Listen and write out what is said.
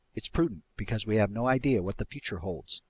it's prudent, because we have no idea what the future holds.